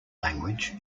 language